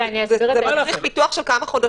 זה מצריך פיתוח של כמה חודשים.